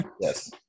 Yes